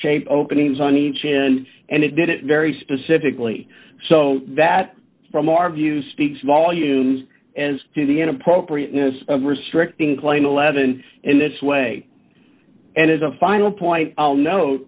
shape openings on each end and it did it very specifically so that from our view speaks volumes as to the inappropriateness of restricting playing eleven in this way and as a final point i'll no